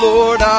Lord